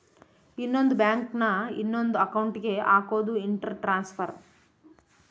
ಇನ್ನೊಂದ್ ಬ್ಯಾಂಕ್ ನ ಇನೊಂದ್ ಅಕೌಂಟ್ ಗೆ ಹಕೋದು ಇಂಟರ್ ಟ್ರಾನ್ಸ್ಫರ್